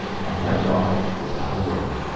and went off without a word.